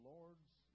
Lord's